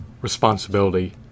responsibility